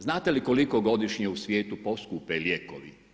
Znate li koliko godišnje u svijetu poskupe lijekovi?